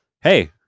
hey